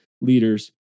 leaders